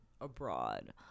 abroad